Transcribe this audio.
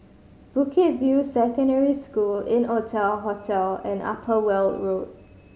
Bukit View Secondary School Innotel Hotel and Upper Weld Road